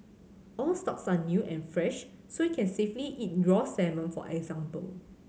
all stocks are new and fresh so you can safely eat raw salmon for example